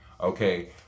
okay